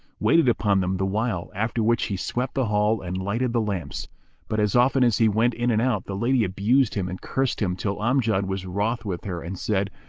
waited upon them the while, after which he swept the hall and lighted the lamps but as often as he went in and out, the lady abused him and cursed him till amjad was wroth with her and said,